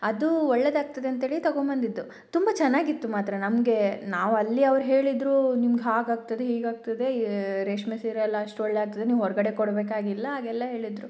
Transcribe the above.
ಅದು ಒಳ್ಳೆಯದಾಗ್ತದಂತ ಹೇಳಿ ತಗೊಂಡ್ಬಂದಿದ್ದು ತುಂಬ ಚೆನ್ನಾಗಿತ್ತು ಮಾತ್ರ ನಮಗೆ ನಾವು ಅಲ್ಲಿಯವ್ರು ಹೇಳಿದರು ನಿಮ್ಗೆ ಹಾಗೆ ಆಗ್ತದೆ ಹೀಗೆ ಆಗ್ತದೆ ರೇಷ್ಮೆ ಸೀರೆಯೆಲ್ಲ ಅಷ್ಟು ಒಳ್ಳೆಯ ಆಗ್ತದೆ ನೀವು ಹೊರಗಡೆ ಕೊಡಬೇಕಾಗಿಲ್ಲ ಹಾಗೆಲ್ಲ ಹೇಳಿದರು